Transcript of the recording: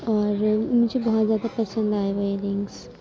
اور مجھے بہت زیادہ پسند آئے وہ ائیررنگس